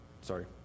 sorry